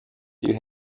you